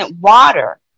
water